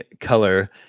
Color